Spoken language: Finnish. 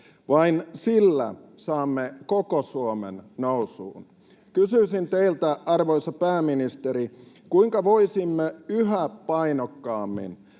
Vain sillä saamme koko Suomen nousuun. Kysyisin teiltä, arvoisa pääministeri: kuinka voisimme yhä painokkaammin